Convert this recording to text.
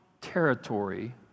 territory